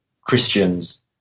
Christians